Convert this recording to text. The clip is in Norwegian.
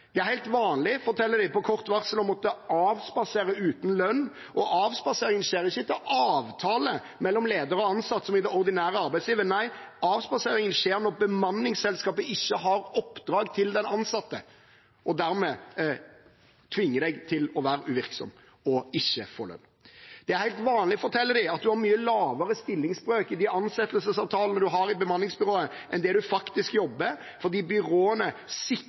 det er helt vanlig på kort varsel å måtte avspasere uten lønn, og avspasering skjer ikke etter avtale mellom ledere og ansatte, som i det ordinære arbeidslivet – nei, avspaseringen skjer når bemanningsselskapet ikke har oppdrag til de ansatte og dermed tvinger dem til å være uvirksom og ikke få lønn. Det er helt vanlig – forteller de – at man har en mye lavere stillingsbrøk i de ansettelsesavtalene man har i bemanningsbyrået, enn det man faktisk jobber, fordi byråene